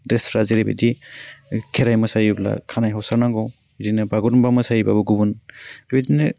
द्रेसफ्रा जेरैबायदि खेराइ मोसायोब्ला खानाय हसारनांगौ बिदिनो बागुरुम्बा मोसायोबाबो गुबुन बेबायदिनो